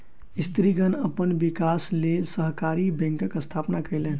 स्त्रीगण अपन विकासक लेल सहकारी बैंकक स्थापना केलैन